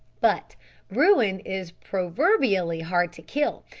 but bruin is proverbially hard to kill,